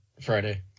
Friday